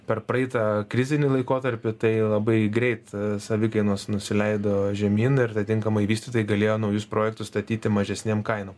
per praeitą krizinį laikotarpį tai labai greit savikainos nusileido žemyn ir atatinkamai vystytojai galėjo naujus projektus statyti mažesnėm kainom